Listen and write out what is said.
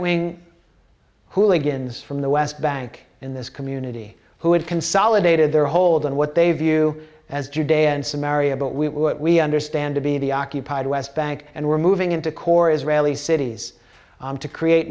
wing hooligans from the west bank in this community who had consolidated their hold on what they view as jew day in some area but we understand to be the occupied west bank and we're moving into core israeli cities to create